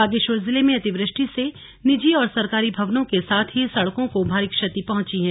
बागेश्वर जिले में अतिवृष्टि से निजी और सरकारी भवनों के साथ ही सड़कों को भारी क्षति पहुंची है